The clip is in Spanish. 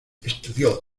estudió